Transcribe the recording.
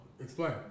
Explain